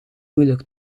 moeilijk